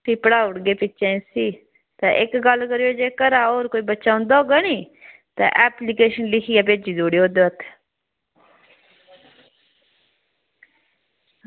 ते भी पढाउड़गे बिच्चे इसी ते इक्क गल्ल करेओ ते अगर घरा होर बच्चा औंदा होगा नी ते एप्लीकेशन लिखियै भेजी ओड़ेओ ओह्दे हत्थ